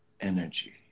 energy